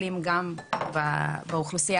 אבל מי שמוביל את התוכנית זאת תוכנית של הרשות